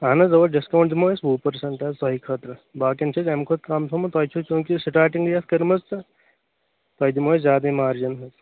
اَہَن حظ اَوٕ ڈِسکاوُنٛٹ دِمو أسۍ وُہ پرٛسنٛٹ حظ تۄہہِ خٲطرٕ باقین چھُ اَسہِ اَمہِ کھۄتہٕ کَم تھوٚومُت تۄہہِ چھَو چوٗنٛکہِ سِٹاٹِنٛگ یَتھ کٔرمٕژ تہٕ تۄہہِ دِمو أسۍ زیادے مارجن حظ